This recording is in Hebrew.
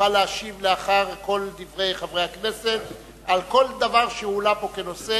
יוכל להשיב לאחר כל דברי חברי הכנסת על כל דבר שהועלה כאן כנושא,